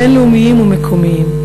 בין-לאומיים ומקומיים.